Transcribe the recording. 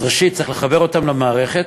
אז ראשית, צריך לחבר אותם למערכת,